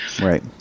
Right